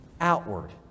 Outward